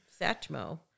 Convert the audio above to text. Satchmo